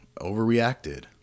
overreacted